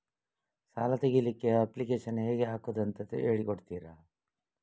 ಸಾಲ ತೆಗಿಲಿಕ್ಕೆ ಅಪ್ಲಿಕೇಶನ್ ಹೇಗೆ ಹಾಕುದು ಅಂತ ಹೇಳಿಕೊಡ್ತೀರಾ?